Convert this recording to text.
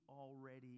already